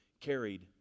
carried